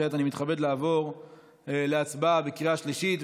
כעת אני מתכבד לעבור להצבעה בקריאה שלישית.